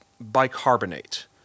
bicarbonate